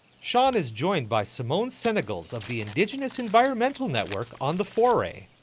sean is joined by simone senegals of the indigenous environmental network on the foray.